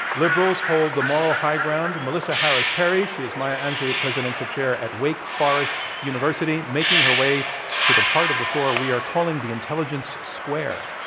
liberals hold the moral high ground, melissa harris-perry. she is maya angelou presidential chair at wake forest university making her way to the part of the floor we are calling the intelligence square.